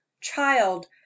Child